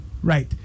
right